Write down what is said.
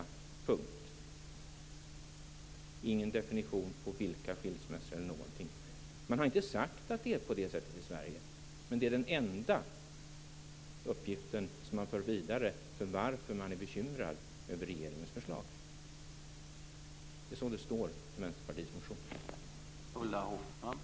Det finns ingen definition på vilka skilsmässor det rör sig om. Man har inte sagt att det är på det sättet i Sverige. Men det är den enda uppgift som ligger bakom skälet till att man är bekymrad över regeringens förslag. Så står det i Vänsterpartiets motion.